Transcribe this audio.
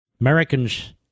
Americans